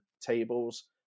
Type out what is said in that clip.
tables